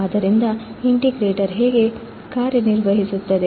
ಆದ್ದರಿಂದ ಇಂಟಿಗ್ರೇಟರ್ ಹೇಗೆ ಕಾರ್ಯನಿರ್ವಹಿಸುತ್ತದೆ